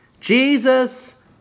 Jesus